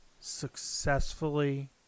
successfully